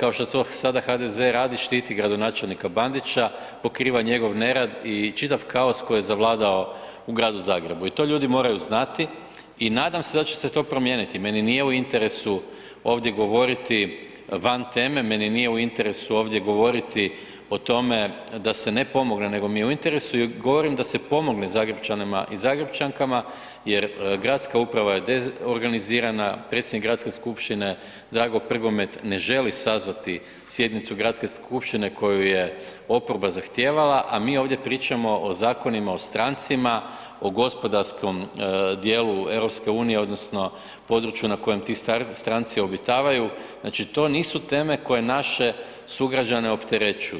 kao što to sada HDZ, štiti gradonačelnika Bandića, pokriva njegov nerad i čitav kaos koji je zavladao u gradu Zagrebu i to ljudi moraju znati i nadam se da će se to promijeniti, meni nije u interesu ovdje govoriti van teme, meni nije u interesu ovdje govoriti o tome da se ne pomogne nego mi je u interesu i govorim da se pomogne Zagrepčanima i Zagrepčankama jer gradska uprava je dezorganizirana, predsjednik Gradske skupštine Drago Prgomet ne želi sazvati sjednicu Gradske skupštine koju je oporba zahtijevala, a mi ovdje pričamo o Zakonima o strancima, o gospodarskom djelu EU-a odnosno području na kojem ti stranci obitavaju, znači to nisu teme koje naše sugrađane opterećuju.